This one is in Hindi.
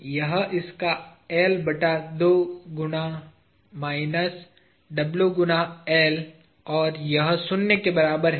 यह इसका L बटा दो गुना माइनस W गुना L है और यह शून्य के बराबर है